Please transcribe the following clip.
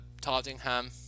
Tottenham